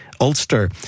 Ulster